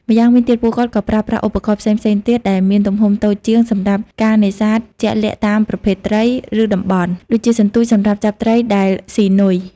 ម្យ៉ាងវិញទៀត ពួកគាត់ក៏ប្រើប្រាស់ឧបករណ៍ផ្សេងៗទៀតដែលមានទំហំតូចជាងសម្រាប់ការនេសាទជាក់លាក់តាមប្រភេទត្រី ឬតំបន់ ដូចជា សន្ទូច សម្រាប់ចាប់ត្រីដែលស៊ីនុយ។